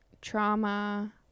trauma